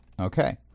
Okay